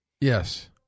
Yes